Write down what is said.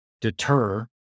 deter